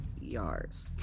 yards